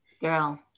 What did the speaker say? Girl